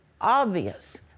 obvious